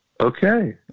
Okay